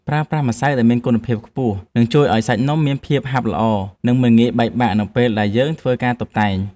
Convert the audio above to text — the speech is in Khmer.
ប្រើប្រាស់ម្សៅដែលមានគុណភាពខ្ពស់នឹងជួយឱ្យសាច់នំមានភាពហាប់ល្អ និង មិនងាយបែកបាក់នៅពេលដែលយើងធ្វើការតុបតែង។